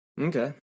Okay